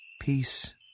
peace